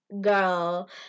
girl